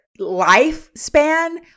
lifespan